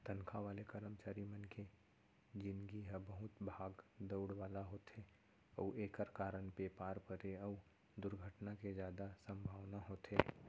तनखा वाले करमचारी मन के निजगी ह बहुत भाग दउड़ वाला होथे अउ एकर कारन बेमार परे अउ दुरघटना के जादा संभावना होथे